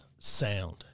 sound